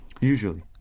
Usually